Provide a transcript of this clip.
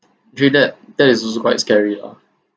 actually that that is also quite scary lah